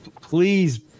please